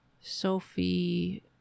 Sophie